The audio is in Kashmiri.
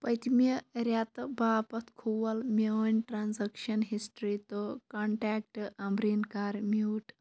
پٔتۍمہِ رٮ۪تھ باپتھ کھول میٛٲنۍ ٹرٛانٛزیکشن ہِسٹری تہٕ کنٹیکٹہٕ عمبریٖن کَر میٛوٗٹ